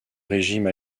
régime